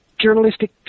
journalistic